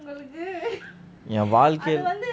ஏன் வழக்கை:yean vazhkai